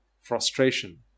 frustration